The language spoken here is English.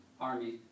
army